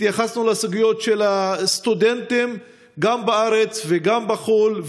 התייחסנו לסוגיות של הסטודנטים גם בארץ וגם בחו"ל,